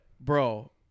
bro